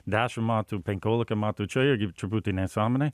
dešim metų penkiolika metų čia irgi truputį nesąmonė